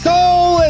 Soul